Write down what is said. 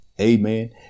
amen